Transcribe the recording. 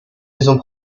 maisons